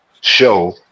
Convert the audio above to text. show